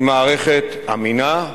היא מערכת אמינה,